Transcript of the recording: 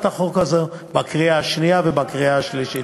החוק הזו בקריאה השנייה ובקריאה השלישית.